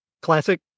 Classic